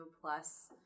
plus